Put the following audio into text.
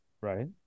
Right